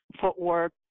footwork